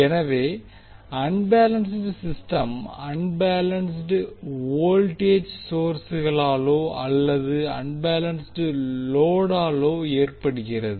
எனவே unbalanced system unbalanced voltage சோர்ஸ்களாலோ அல்லது அன்பேலன்ஸ்ட் லோடாலோ ஏற்படுகிறது